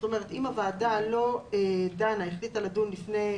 זאת אומרת, אם הוועדה לא דנה, החליטה לדון לפני,